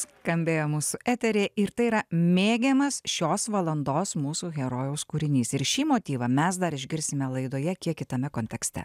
skambėjo mūsų eteryje ir tai yra mėgiamas šios valandos mūsų herojaus kūrinys ir šį motyvą mes dar išgirsime laidoje kiek kitame kontekste